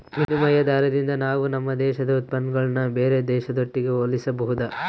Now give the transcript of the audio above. ವಿನಿಮಯ ದಾರದಿಂದ ನಾವು ನಮ್ಮ ದೇಶದ ಉತ್ಪನ್ನಗುಳ್ನ ಬೇರೆ ದೇಶದೊಟ್ಟಿಗೆ ಹೋಲಿಸಬಹುದು